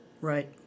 Right